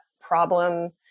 problem